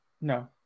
No